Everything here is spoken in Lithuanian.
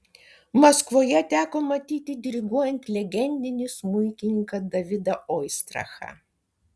maskvoje teko matyti diriguojant legendinį smuikininką davidą oistrachą